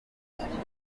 abaturage